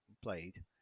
played